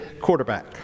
quarterback